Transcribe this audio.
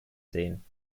sehen